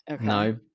no